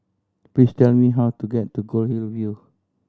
please tell me how to get to Goldhill View